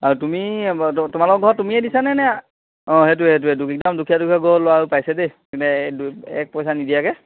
আৰু তুমি তোমালোকৰ ঘৰত তুমিয়ে দিছা নে নে অঁ সেইটো সেইটো একদম দুখীয়া দুখীয়া ঘৰৰ ল'ৰাও পাইছে দেই এক পইচা নিদিয়াকৈ